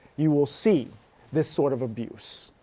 you will see this sort of abuse.